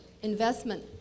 investment